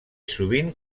sovint